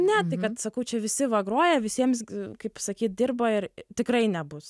ne tai kad sakau čia visi va groja visiems kaip sakyt dirba ir tikrai nebus